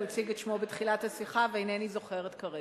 הוא הציג את שמו בתחילת השיחה ואינני זוכרת כרגע.